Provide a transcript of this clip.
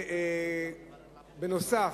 בנוסף,